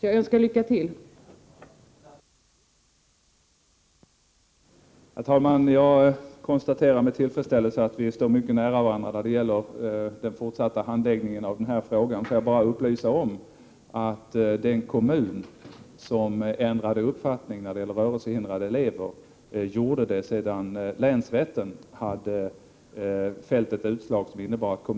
Jag önskar statsrådet lycka till.